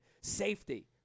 Safety